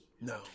No